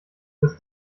bis